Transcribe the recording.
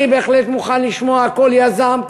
אני מוכן לשמוע כל יזם,